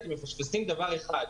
אתם מפספסים דבר אחד,